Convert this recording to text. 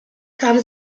kam